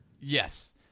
Yes